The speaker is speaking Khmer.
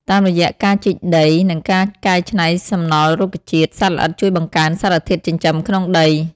តាមរយៈការជីកដី និងការកែច្នៃសំណល់រុក្ខជាតិ សត្វល្អិតជួយបង្កើនសារធាតុចិញ្ចឹមក្នុងដី។